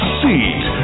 seat